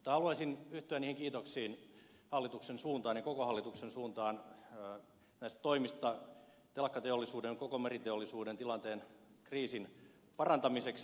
haluaisin yhtyä kiitoksiin hallituksen suuntaan ja koko hallituksen suuntaan näistä toimista telakkateollisuuden ja koko meriteollisuuden kriisin tilanteen parantamiseksi